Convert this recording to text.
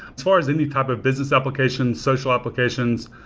as far as any type of business applications, social applications,